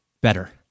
better